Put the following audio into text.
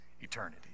eternity